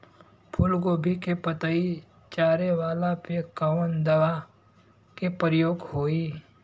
फूलगोभी के पतई चारे वाला पे कवन दवा के प्रयोग होई?